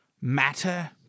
matter